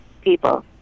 people